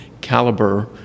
caliber